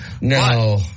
No